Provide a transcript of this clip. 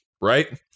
right